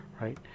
right